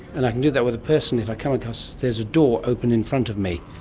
and i can do that with a person if i come across. there's a door open in front of me.